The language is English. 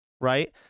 right